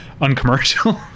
uncommercial